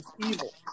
evil